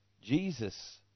Jesus